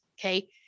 Okay